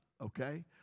okay